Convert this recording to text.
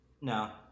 No